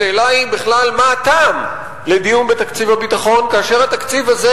השאלה היא מה בכלל הטעם לדיון בתקציב הביטחון כאשר התקציב הזה